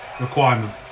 requirement